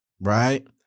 right